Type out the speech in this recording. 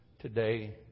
today